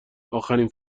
آخرین